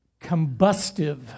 combustive